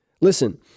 Listen